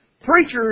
Preachers